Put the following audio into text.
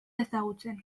ezagutzen